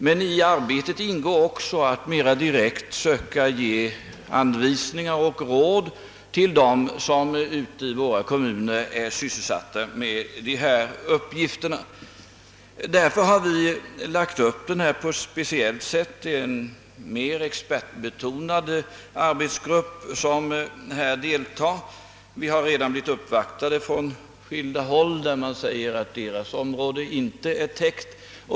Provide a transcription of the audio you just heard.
Men i arbetetingår också att mera direkt söka ge anwvisningar och råd till dem som centralt ute i våra kommuner är sysselsatta med dessa uppgifter. Därför har vi lagt upp denna utredning på ett speciellt sätt — det är en mera expertbetonad arbetsgrupp som deltar i dem. Vi har redan blivit uppvaktade av representanter från skilda områden som har sagt att deras område inte är täckt.